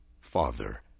Father